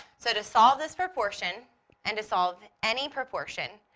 so to solve this proportion and to solve any proportion,